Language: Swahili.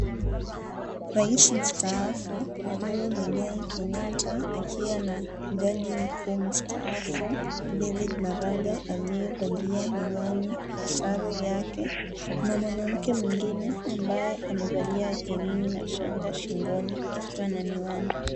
Rais mstaafu Uhuru Mwigai Kenyatta akiwa na jaji mkuu mstaafu David Maraga aliyevalia miwani na sare yake. Kuna mwanamke mwingine ambaye amevalia herini na shanga shingoni akiwa na miwani.